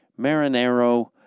Marinero